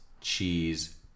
cheese